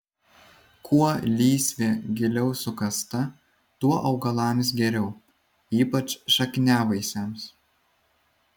kuo lysvė giliau sukasta tuo augalams geriau ypač šakniavaisiams